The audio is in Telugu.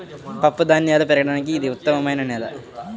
పప్పుధాన్యాలు పెరగడానికి ఇది ఉత్తమమైన నేల